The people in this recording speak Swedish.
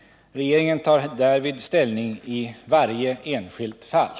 Regeringen tär därvid ställning i varje enskilt fall.